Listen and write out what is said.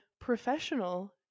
professional